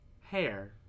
hair